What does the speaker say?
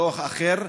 כוח אחר,